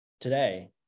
today